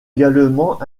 également